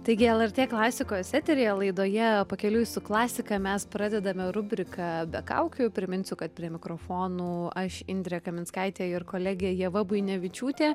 taigi lrt klasikos eteryje laidoje pakeliui su klasika mes pradedame rubriką be kaukių priminsiu kad prie mikrofonų aš indrė kaminskaitė ir kolegė ieva buinevičiūtė